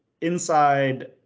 inside